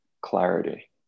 clarity